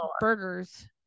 burgers